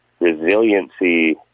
resiliency